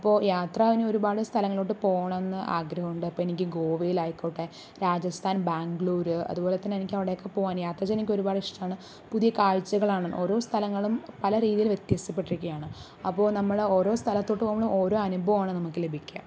ഇപ്പോൾ യാത്ര ഒരുപാട് സ്ഥലങ്ങളിലോട്ട് പോകണം എന്നു ആഗ്രഹമുണ്ട് അപ്പോൾ എനിക്ക് ഗോവയിലായിക്കോട്ടെ രാജസ്ഥാൻ ബാംഗ്ലൂര് അതുപോലെത്തന്നെ എനിക്കവിടെയൊക്കെ പോവാൻ യാത്ര ചെയ്യാനെനിക്കൊരുപാടിഷ്ടാണ് പുതിയ കാഴ്ചകളാണ് ഓരോ സ്ഥലങ്ങളും പല രീതിയിൽ വ്യത്യാസപ്പെട്ടിരിക്കുകയാണ് അപ്പോൾ നമ്മള് ഓരോ സ്ഥലത്തോട്ട് പോകുമ്പോളും ഓരോ അനുഭവമാണ് നമുക്ക് ലഭിക്കുക